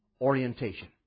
orientation